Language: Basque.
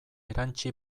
erantsi